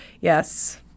yes